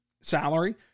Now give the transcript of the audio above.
salary